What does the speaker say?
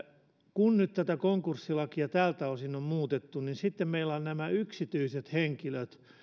kun nyt konkurssilakia tältä osin on muutettu niin sitten meillä ovat vielä nämä yksityiset henkilöt